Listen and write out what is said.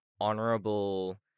honorable